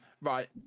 Right